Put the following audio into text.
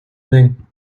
nains